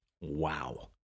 Wow